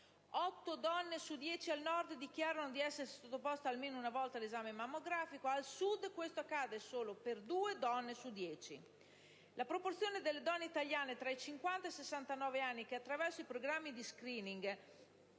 donne su dieci al Nord dichiarano di essersi sottoposte almeno una volta all'esame mammografico; al Sud, invece, questo accade solo per due donne su dieci. La proporzione delle donne italiane tra i 50 e i 69 anni che, attraverso i programmi di *screening*,